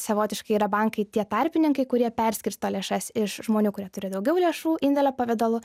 savotiškai yra bankai tie tarpininkai kurie perskirsto lėšas iš žmonių kurie turi daugiau lėšų indėlio pavidalu